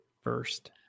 first